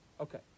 Okay